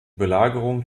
belagerung